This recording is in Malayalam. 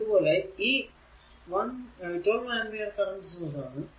അതുപോലെ ഈ 1 2 ആമ്പിയർ കറന്റ് സോഴ്സ് ആണ്